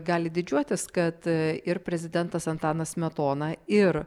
gali didžiuotis kad ir prezidentas antanas smetona ir